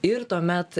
ir tuomet